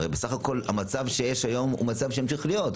הרי בסך הכול המצב היום הוא המצב שימשיך להיות.